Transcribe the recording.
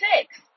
six